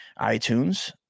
iTunes